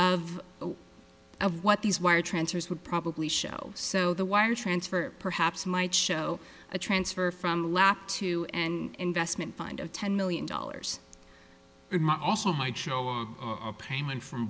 of of what these wire transfers would probably show so the wire transfer perhaps might show a transfer from lap to and investment fund of ten million dollars it might also might show or a payment from